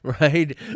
right